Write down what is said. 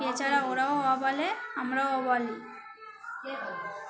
এছাড়া ওরাও অ বলে আমরাও অ বলি